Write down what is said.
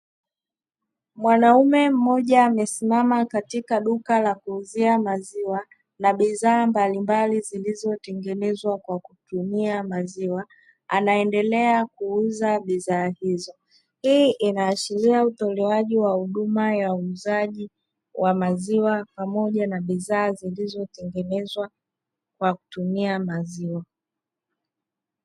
Mwanaume mmoja amesimama katika duka la kuuzia maziwa na bidhaa mbalimbali zilizotengenezwa kwa kutumia maziwa, anaendelea kuuza bidhaa hizo. Hii inaashiria utolewaji wa huduma ya uuzaji wa maziwa pamoja na bidhaa zilizotengenezwa kwa kutumia maziwa.